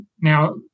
Now